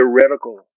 theoretical